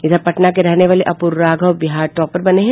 उधर पटना के रहने वाले अपूर्व राघव बिहार टॉपर बने हैं